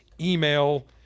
email